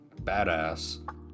badass